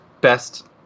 best